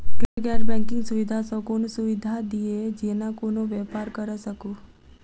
Sir गैर banking सुविधा सँ कोनों सुविधा दिए जेना कोनो व्यापार करऽ सकु?